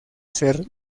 ser